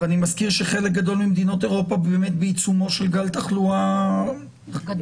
ואני מזכיר שחלק גדול ממדינות אירופה באמת בעיצומו של גל תחלואה "רגיל".